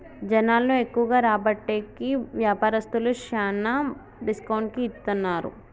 జనాలను ఎక్కువగా రాబట్టేకి వ్యాపారస్తులు శ్యానా డిస్కౌంట్ కి ఇత్తన్నారు